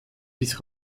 bis